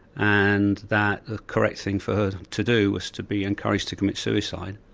and that the correct thing for her to do was to be encouraged to commit suicide.